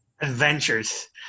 Adventures